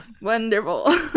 wonderful